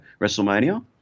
WrestleMania